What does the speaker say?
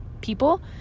people